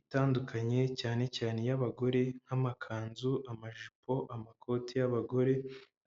itandukanye, cyane cyane iy'abagore nk'amakanzu, amajipo, amakote y'abagore,